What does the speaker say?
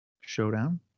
showdown